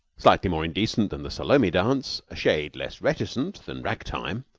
slightly more indecent than the salome dance, a shade less reticent than ragtime,